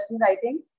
writing